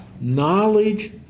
knowledge